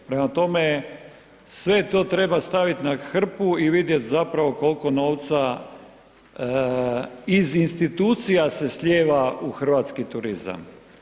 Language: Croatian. Prema tome, sve to treba stavit na hrpu i vidjet zapravo koliko novca iz institucija se slijeva u hrvatski turizam.